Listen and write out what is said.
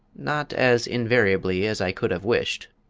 not as invariably as i could have wished,